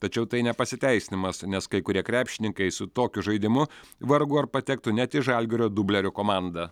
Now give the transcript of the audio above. tačiau tai ne pasiteisinimas nes kai kurie krepšininkai su tokiu žaidimu vargu ar patektų net į žalgirio dublerių komandą